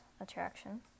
attraction